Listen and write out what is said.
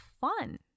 fun